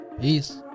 Peace